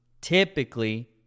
typically